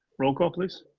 roll call please.